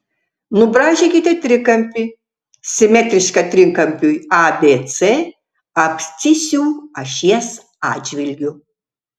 nubraižykite trikampį simetrišką trikampiui abc abscisių ašies atžvilgiu